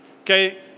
okay